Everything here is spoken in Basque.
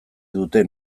dute